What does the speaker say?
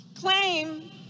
claim